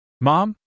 Mom